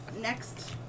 next